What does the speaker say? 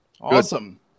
Awesome